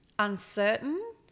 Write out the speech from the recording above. uncertain